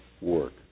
work